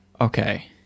Okay